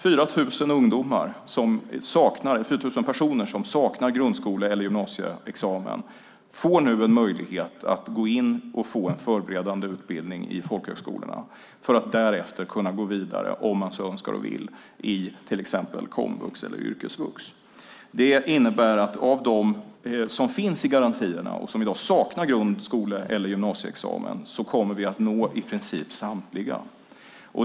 4 000 personer som saknar grundskole eller gymnasieexamen får nu en möjlighet att gå in och få en förberedande utbildning i folkhögskolorna för att därefter kunna gå vidare om de så önskar och vill i till exempel komvux eller yrkesvux. Det innebär att av dem som finns i garantierna och som i dag saknar grundskole eller gymnasieexamen kommer vi att nå i princip samtliga.